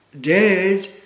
dead